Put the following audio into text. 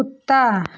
कुत्ता